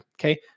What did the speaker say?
Okay